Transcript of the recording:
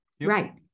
Right